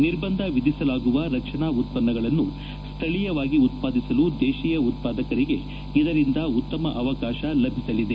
ನಿರ್ಬಂಧ ವಿಧಿಸಲಾಗುವ ರಕ್ಷಣಾ ಉತ್ಪನ್ನಗಳನ್ನು ಸ್ಥಳೀಯವಾಗಿ ಉತ್ಪಾದಿಸಲು ದೇಶೀಯ ಉತ್ಪಾದಕರಿಗೆ ಇದರಿಂದ ಉತ್ತಮ ಅವಕಾಶ ಲಭಿಸಲಿದೆ